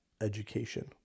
Education